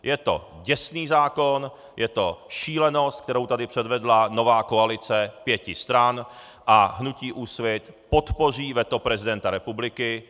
Je to děsný zákon, je to šílenost, kterou tady předvedla nová koalice pěti stran, a hnutí Úsvit podpoří veto prezidenta republiky.